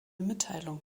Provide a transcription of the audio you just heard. mitteilung